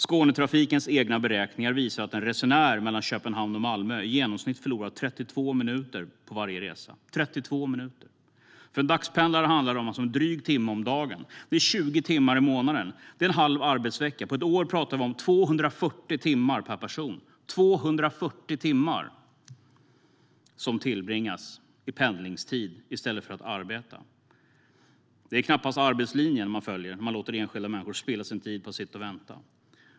Skånetrafikens egna beräkningar visar att en resenär mellan Köpenhamn och Malmö i genomsnitt förlorar 32 minuter på varje resa - 32 minuter. För en dagspendlare handlar det alltså om en dryg timme om dagen. Det är 20 timmar i månaden. Det är en halv arbetsvecka. På ett år pratar vi om 240 timmar per person. 240 timmar tillbringas med att pendla i stället för att arbeta. Det är knappast arbetslinjen man följer när man låter enskilda människor spilla sin tid på att sitta och vänta.